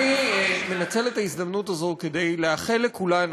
אני מנצל את ההזדמנות הזאת כדי לאחל לכולנו